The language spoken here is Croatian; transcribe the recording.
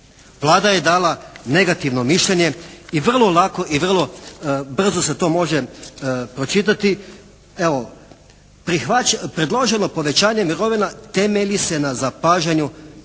Vlada je dala negativno mišljenje i vrlo lako i vrlo brzo se to može pročitati. Evo, predloženo povećanje mirovina temelji se na zapažanju